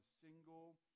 single